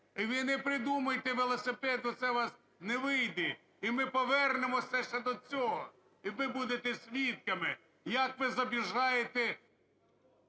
Ви не придумуйте велосипед, оце у вас не вийде, і ми повернемося ще до цього, і вибудете свідками, як ви забіжаєте...